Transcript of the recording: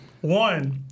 One